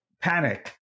panic